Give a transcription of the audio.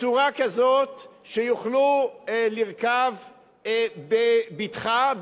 בצורה כזאת שיוכלו לרכוב בבטחה,